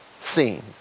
seen